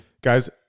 Guys